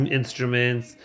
instruments